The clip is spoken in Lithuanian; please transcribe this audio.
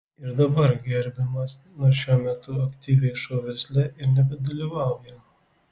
ir dabar gerbiamas nors šiuo metu aktyviai šou versle ir nebedalyvauja